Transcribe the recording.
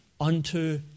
unto